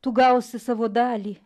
tu gausi savo dalį